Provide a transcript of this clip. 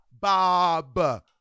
Bob